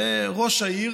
וראש העיר,